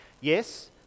Yes